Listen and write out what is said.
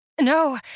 No